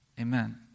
Amen